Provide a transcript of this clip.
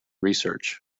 research